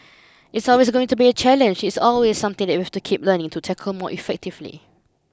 it's always going to be a challenge it's always something that we have to keep learning to tackle more effectively